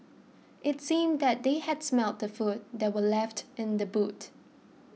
it seemed that they had smelt the food that were left in the boot